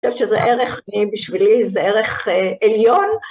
אני חושבת שזה ערך אה, בשבילי זה ערך עליון.